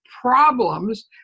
problems